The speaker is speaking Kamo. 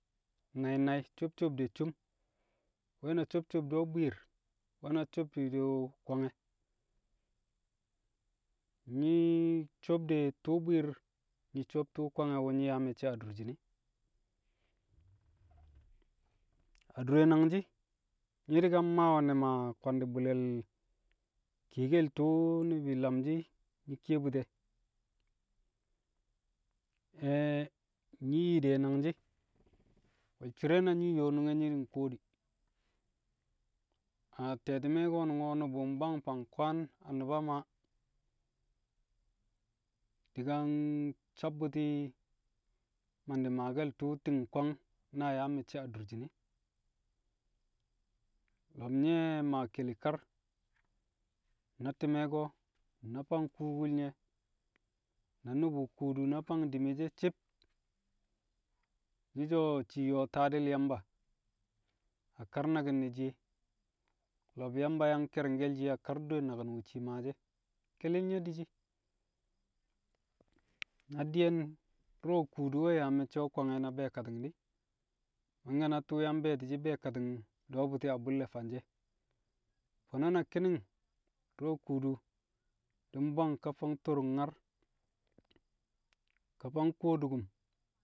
Nai̱ nai̱, sob sob cum. NWe̱ na sob sob de bwi̱i̱r, nwe̱ na sob fiiso Kwange̱. Nyi̱ sob de tṵṵ bwi̱i̱r, nyi̱ sob tṵṵ Kwange̱ wu̱ nyi̱ yaa me̱cce̱ adurshin e̱. Adure nangshi̱, nyi̱ di̱ ka mmaa ne̱m a kwandi̱bu̱le̱l kiyekel tṵṵ ni̱bi̱ lamshi̱ nyi̱ kiye bu̱ti̱ e̱, nyi̱ yi de nangshi̱. Wo̱l cire na nyi̱ nyo̱o̱ nunge nyi̱ nkuwo di̱, a te̱ti̱me̱ ko̱nu̱ngo̱ nu̱bu̱ mbwang fang kwaan a Nu̱ba Maa, di̱ ka nsabbu̱ti̱ mandi̱ maake̱l tṵṵ ti̱ng nkwang naa yaa me̱cce̱ adurshin e̱. Lo̱b nye̱ maa keli kar na ti̱me̱ ko̱ na fang kuukul nye̱, na nu̱bu̱ kuudu na fang dime she̱ ci̱b, nyi̱ so̱ shii yo̱o̱ taadi̱l Yamba, a kar naki̱n nẹ shiye. Lo̱b Yamba yang ke̱ri̱ngke̱l shiye a kar dure naki̱n shii maashi̱ e̱. Kelil nye̱ di̱shi̱ na di̱ye̱n du̱ro̱ kuudu we̱ yaa me̱cce̱ wu̱ kwange̱ na be̱e̱kati̱ng di̱, mangke̱ na tṵṵ yang be̱e̱to̱ shɪ be̱e̱kati̱ng du̱wo̱ bu̱ti̱ a bu̱lle̱ fanshi̱ e̱. Fo̱no̱ na ki̱ni̱ng du̱ro̱ kuudu di̱ mbwang kaa fang torung nyar, ka fang kwodukum.